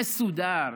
מסודר,